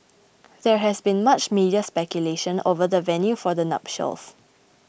there has been much media speculation over the venue for the nuptials